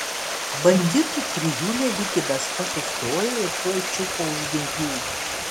banditų trijulė lyg įbesta sustojo ir tuoj čiupo už ginklų